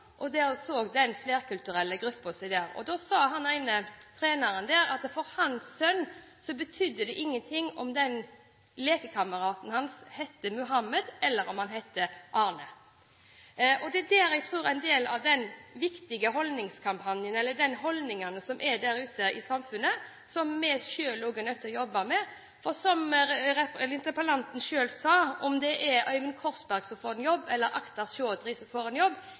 var der. Da sa den ene treneren der at for hans sønn betydde det ingen ting om lekekameraten hans het Muhammed, eller om han het Arne. Det er der jeg tror vi finner en del av holdningene som er ute i samfunnet, og som vi selv er nødt til å jobbe med: Som interpellanten selv sa, om det er Øyvind Korsberg som får en jobb, eller Akhtar Chaudhry som får en jobb